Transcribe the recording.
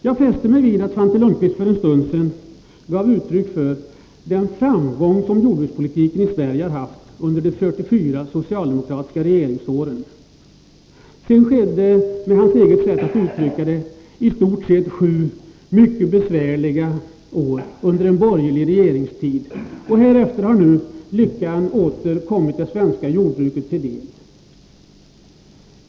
Jag fäste mig vid att Svante Lundkvist för en stund sedan talade om den framgång som jordbrukspolitiken i Sverige hade under de 44 socialdemokratiska regeringsåren. Sedan kom — med hans sätt att uttrycka det — sju i stort sett mycket besvärliga år under en borgerlig regeringstid. Härefter har nu lyckan åter kommit det svenska jordbruket till del.